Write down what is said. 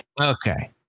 okay